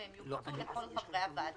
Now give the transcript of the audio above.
והם יופצו לכל חברי הוועדה.